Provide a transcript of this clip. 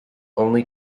only